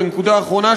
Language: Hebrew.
בנקודה אחרונה,